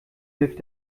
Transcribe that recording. hilft